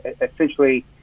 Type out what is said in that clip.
essentially